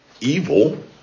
evil